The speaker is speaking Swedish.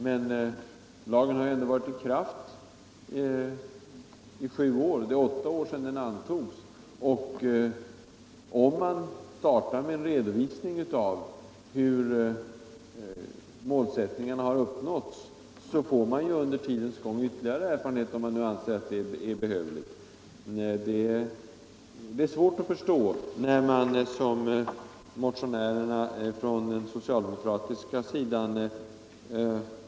Men lagen har ju ändå varit i kraft i sju år — det är åtta år sedan den antogs — och om man startar med en redovisning av hur målsättningarna har uppnåtts, så får man ju under tiden ytterligare erfarenheter, om detta anses vara behövligt. Det är svårt att förstå de socialdemokratiska motionärerna.